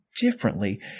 differently